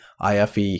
IFE